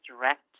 direct